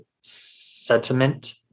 sentiment